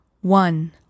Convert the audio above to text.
one